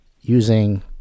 using